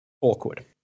awkward